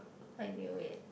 I knew it